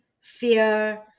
fear